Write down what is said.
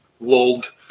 lulled